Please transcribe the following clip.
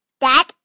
Dad